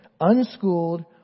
Unschooled